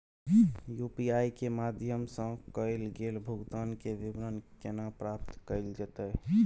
UPI के माध्यम सं कैल गेल भुगतान, के विवरण केना प्राप्त कैल जेतै?